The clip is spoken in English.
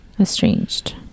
Estranged